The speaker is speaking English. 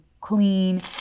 clean